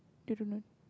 didn't know